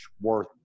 worth